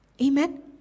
Amen